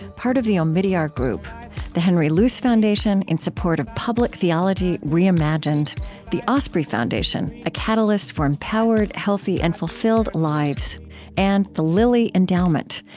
part of the omidyar group the henry luce foundation, in support of public theology reimagined the osprey foundation a catalyst for empowered, healthy, and fulfilled lives and the lilly endowment,